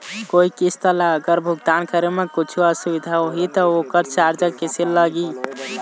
कोई किस्त ला अगर भुगतान करे म कुछू असुविधा होही त ओकर चार्ज कैसे लगी?